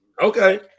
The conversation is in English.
Okay